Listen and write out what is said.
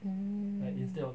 mm